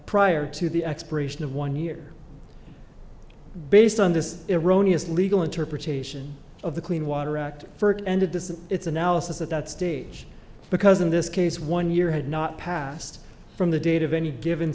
prior to the expiration of one year based on this eroni us legal interpretation of the clean water act for it ended this in its analysis at that stage because in this case one year had not passed from the date of any given